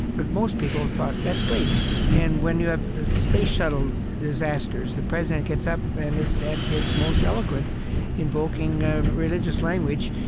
but most people thought, that's great and when you have the space shuttle disasters, the president gets up and is at his most eloquent invoking religious language.